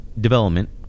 development